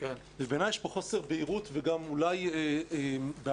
ובעיניי יש פה חוסר בהירות וגם אולי בעיה.